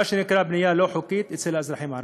מה שנקרא הבנייה הלא-חוקית אצל האזרחים הערבים.